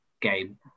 game